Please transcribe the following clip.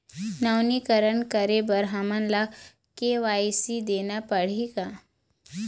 नवीनीकरण करे बर हमन ला के.वाई.सी देना पड़ही का?